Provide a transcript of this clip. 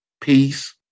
peace